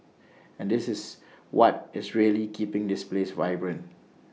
and this is what is really keeping this place vibrant